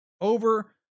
over